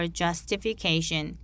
justification